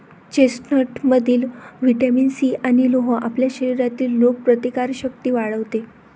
चेस्टनटमधील vitamin C आणि लोह आपल्या शरीरातील रोगप्रतिकारक शक्ती वाढवते